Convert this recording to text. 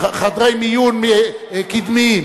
חדרי מיון קדמיים.